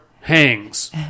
hangs